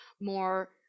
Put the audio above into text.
more